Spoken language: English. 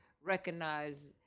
recognize